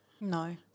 No